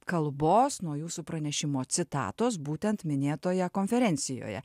kalbos nuo jūsų pranešimo citatos būtent minėtoje konferencijoje